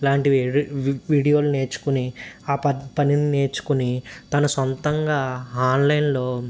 లాంటి వీడియోలు నేర్చుకుని ఆ ప పనిని నేర్చుకుని తన సొంతంగా ఆన్లైన్లో